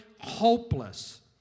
hopeless